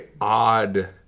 odd